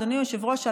אדוני היושב-ראש,